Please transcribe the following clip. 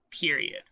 period